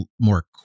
more